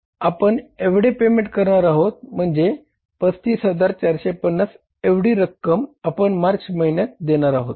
आपण एवढे पेमेंट करणार आहोत म्हणजे 35450 एवढी रक्कम आपण मार्च महिन्यात देणार आहोत